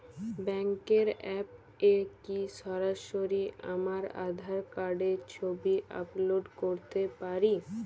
ব্যাংকের অ্যাপ এ কি সরাসরি আমার আঁধার কার্ডের ছবি আপলোড করতে পারি?